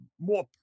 more